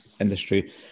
industry